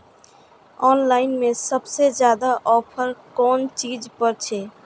Online में सबसे ज्यादा ऑफर कोन चीज पर छे?